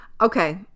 okay